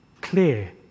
clear